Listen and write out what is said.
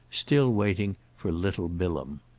still waiting for little bilham.